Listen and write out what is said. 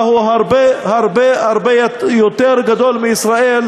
הוא הרבה הרבה הרבה יותר גדול מבישראל,